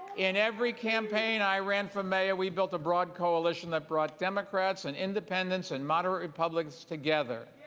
in every campaign i ran for mayor, we built a broad coalition that brought democrats and independents and moderate republicans together.